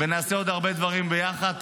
ונעשה עוד הרבה דברים ביחד.